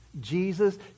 Jesus